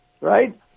Right